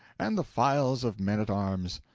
and the files of men-at-arms.